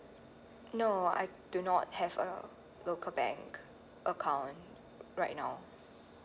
no I do not have a local bank account right now